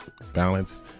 balance